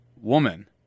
woman